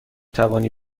توانی